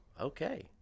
okay